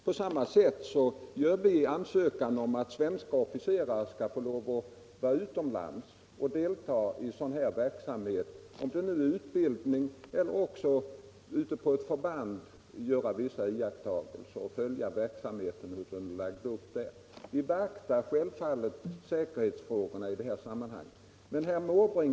På samma sätt ansöker vi om att svenska officerare skall få delta i verksamhet utomlands och göra vissa iakttagelser inom utbildning eller ute på ett förband. Vi beaktar självfallet säkerhetsfrågorna i det här sammanhanget.